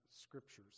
scriptures